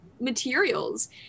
materials